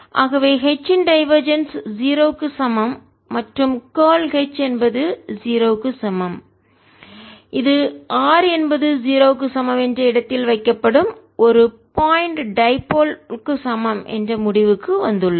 ஆகவே H இன் divergence 0 க்கு சமம் மற்றும் கார்ல் H என்பது 0 க்கு சமம் இது r என்பது 0 க்கு சமம் என்ற இடத்தில் வைக்கப்படும் ஒரு பாயிண்ட் டைபோல் இரு முனை க்கு சமம் என்ற முடிவுக்கு வந்துள்ளோம்